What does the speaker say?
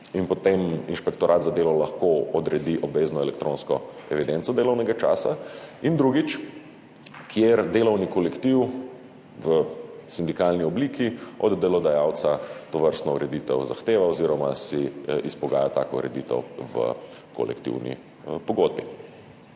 potem Inšpektorat za delo odredi obvezno elektronsko evidenco delovnega časa, in drugič, kjer delovni kolektiv v sindikalni obliki od delodajalca tovrstno ureditev zahteva oziroma si izpogaja tako ureditev v kolektivni pogodbi.